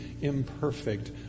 imperfect